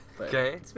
Okay